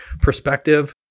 perspective